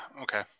Okay